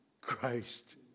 Christ